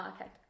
Okay